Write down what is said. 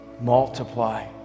Multiply